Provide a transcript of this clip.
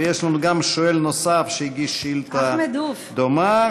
ויש לנו גם שואל נוסף שהגיש שאילתה דומה,